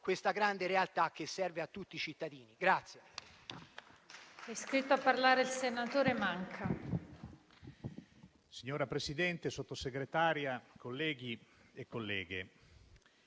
questa grande realtà che serve tutti i cittadini.